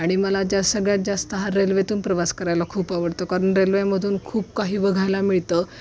आणि मला जास्त सगळ्यात जास्त हा रेल्वेतून प्रवास करायला खूप आवडतो कारण रेल्वेमधून खूप काही बघायला मिळतं